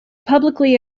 publicly